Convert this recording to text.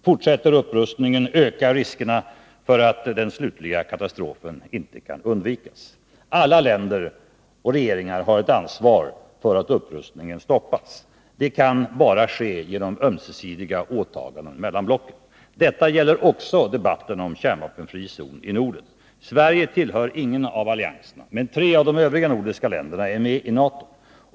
Fortsätter upprustningen ökar riskerna för att den slutliga katastrofen inte kan undvikas. Alla länder och regeringar har ett ansvar för att upprustningen stoppas. Det kan bara ske genom ömsesidiga åtaganden mellan blocken. Detta gäller också debatten om kärnvapenfri zon i Norden. Sverige tillhör ingen av allianserna, men tre av de övriga nordiska länderna är med i NATO.